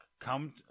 come